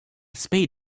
spade